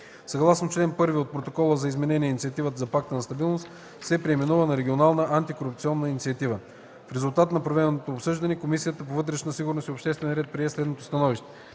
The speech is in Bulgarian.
Съгласно чл. 1 от Протокола за изменение Инициативата на Пакта за стабилност се преименува на Регионална антикорупционна инициатива. В резултат на проведеното обсъждане Комисията по вътрешна сигурност и обществен ред прие следното становище: